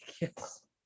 yes